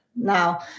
Now